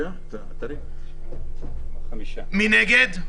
מי נגד?